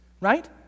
right